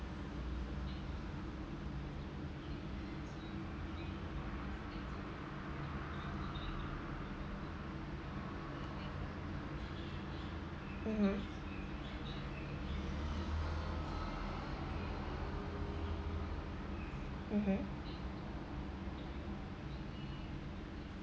mmhmm mmhmm